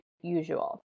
usual